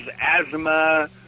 asthma